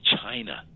China